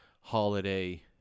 holiday